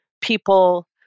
people